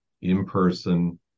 In-person